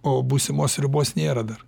o būsimos sriubos nėra dar